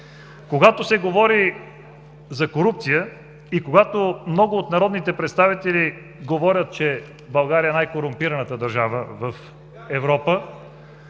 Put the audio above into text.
Когато се говори за корупция и когато много от народните представители говорят, че България е най-корумпираната държава в Европа,